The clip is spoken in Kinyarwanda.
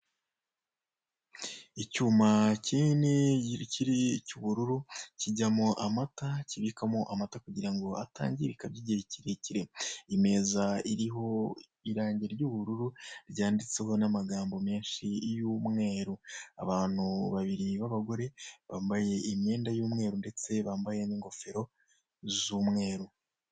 Icyuma kinini cy'ubururu kijyamo amata kibikamo amata, kugira ngo atangirika by'igihe kirekire, imeza iriho irangi ry'ubururu ryanditseho n'amagambo menshi y'umweru abantu babiri b'abagore bambaye imyenda y'umweru, ndetse bambaye n'ingofero z'umweru.